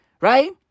right